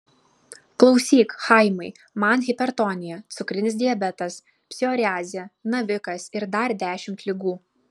klausyk chaimai man hipertonija cukrinis diabetas psoriazė navikas ir dar dešimt ligų